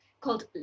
called